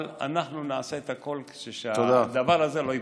אבל אנחנו נעשה את הכול בשביל שהדבר הזה לא ייפסק.